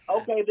Okay